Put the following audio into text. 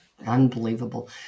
Unbelievable